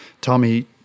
Tommy